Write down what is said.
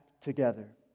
together